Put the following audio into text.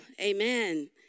amen